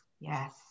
Yes